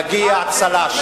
מגיע צל"ש.